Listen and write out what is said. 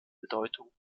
bedeutung